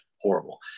horrible